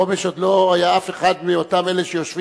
בחומש עוד לא היה אף אחד מאותם שיושבים